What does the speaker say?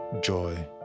joy